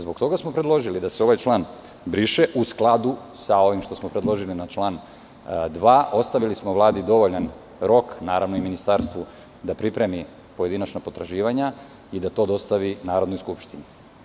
Zbog toga smo predložili da se ovaj član briše u skladu sa ovim što smo predloži, na član 2. Ostavili smo Vladi dovoljan rok, naravno i ministarstvu, da pripremi pojedinačna potraživanja i da to dostavi Narodnoj skupštini.